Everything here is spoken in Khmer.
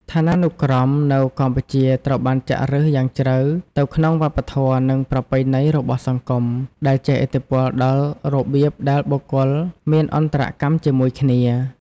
ឋានានុក្រមនៅកម្ពុជាត្រូវបានចាក់ឫសយ៉ាងជ្រៅទៅក្នុងវប្បធម៌ និងប្រពៃណីរបស់សង្គម ដែលជះឥទ្ធិពលដល់របៀបដែលបុគ្គលមានអន្តរកម្មជាមួយគ្នា។